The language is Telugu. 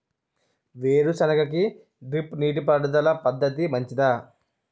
వేరుసెనగ కి డ్రిప్ నీటిపారుదల పద్ధతి మంచిదా?